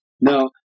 Now